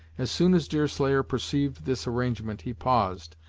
as soon as deerslayer perceived this arrangement he paused,